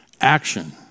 action